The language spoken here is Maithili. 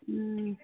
ह्म्म